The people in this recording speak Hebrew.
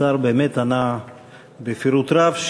השר באמת ענה בפירוט רב,